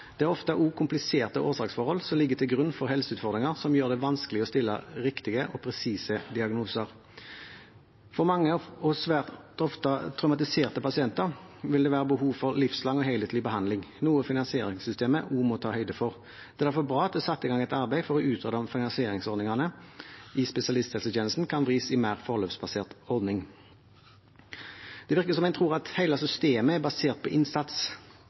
Det er ofte også kompliserte årsaksforhold som ligger til grunn for helseutfordringer, som gjør det vanskelig å stille riktige og presise diagnoser. For mange og svært ofte traumatiserte pasienter vil det være behov for livslang og helhetlig behandling, noe finansieringssystemet også må ta høyde for. Det er derfor bra at det er satt i gang et arbeid for å utrede om finansieringsordningene i spesialisthelsetjenesten kan vris til en mer forløpsbasert ordning. Det virker som om en tror at hele systemet er basert på innsats,